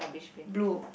a rubbish bin